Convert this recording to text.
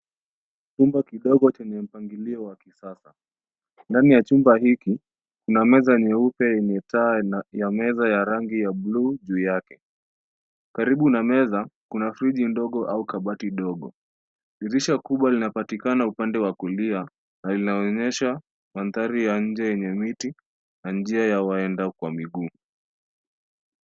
Chumba kidogo chenye mpangilio wa kisasa. Ndani ya chumba hiki kuna meza nyeupe yenye taa ya meza ya rangi ya bluu juu yake. Karibu na meza kuna friji ndogo au kabati ndogo. Dirisha kubwa linapatikana upande wa kulia na linaonyesha mandhari ya nje yenye miti na njia ya waendao kwa miguu.